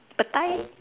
petai